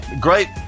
great